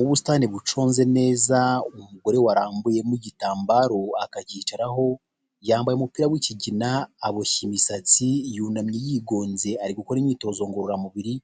Ubusitani buconze neza, umugore warambuyemo igitambaro akacyicaraho, yambaye umupira w'ikigina aboshya imisatsi, yunamye yigonze, ari gukora imyitozo ngororamubiri,